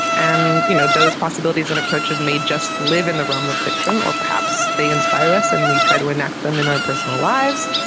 and you know those possibilities and approaches may just live in the realm of fiction or perhaps they inspire us and we try to enact them in our personal lives,